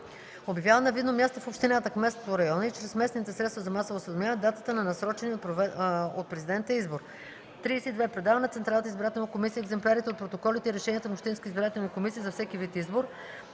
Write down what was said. обявява на видно място в общината (кметството, района) и чрез местните средства за масово осведомяване датата на насрочения от президента избор; 32. предава на Централната избирателна комисия екземплярите от протоколите и решенията на общинската избирателна комисия за всеки вид избор,